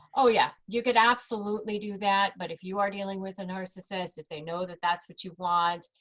oh yeah, you could absolutely do that. but if you are dealing with a narcissist, if they know that that's what you want,